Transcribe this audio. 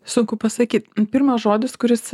sunku pasakyt pirmas žodis kuris